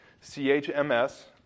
C-H-M-S